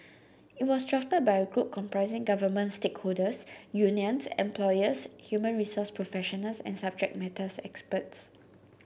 it was drafted by a group comprising government stakeholders unions employers human resource professionals and subject matter experts